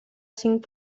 cinc